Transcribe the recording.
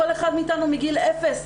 כל אחד מאיתנו מגיל אפס,